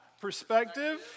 Perspective